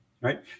right